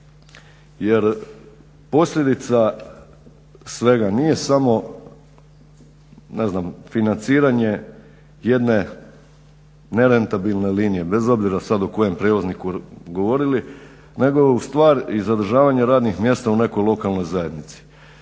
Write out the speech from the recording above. jer posljedica svega nije samo ne znam financiranje jedne nerentabilne linije bez obzira sad o kojem prijevozniku govorili, nego je stvar i zadržavanje radnih mjesta u nekoj lokalnoj zajednici.